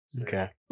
okay